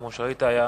כמו שראית, היה